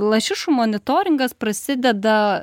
lašišų monitoringas prasideda